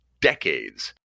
decades